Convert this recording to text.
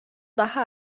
daha